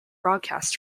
broadcast